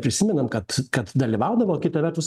prisimenant kad kad dalyvaudavo kita vertus